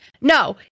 no